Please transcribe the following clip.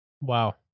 Wow